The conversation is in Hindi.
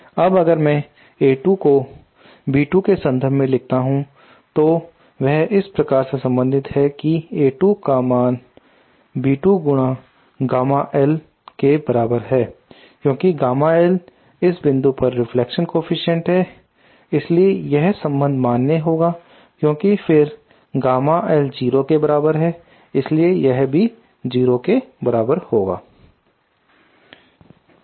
अब अगर मैं A2 को B2 के संदर्भ में लिखता हूं तो वह इस तरह से संबंधित है कि A2 का मान B2 गुना गामा L के बराबर है क्योंकि गामा L इस बिंदु पर रिफ्लेक्शन कोफीसिएंट है इसलिए यह संबंध मान्य होगा लेकिन फिर क्योंकि गामा L 0 के बराबर है इसलिए यह भी जीरो के बराबर होगा